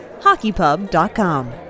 HockeyPub.com